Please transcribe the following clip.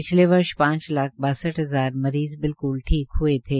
पिछले वर्ष पाच लाख बासठ हजार मरीज़ बिलकुल ठीक हये थे